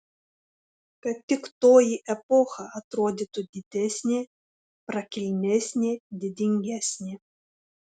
kad tik toji epocha atrodytų didesnė prakilnesnė didingesnė